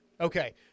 Okay